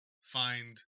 find